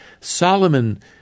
Solomon